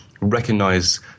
recognize